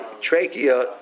trachea